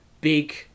big